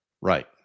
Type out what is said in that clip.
Right